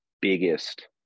biggest